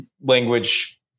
language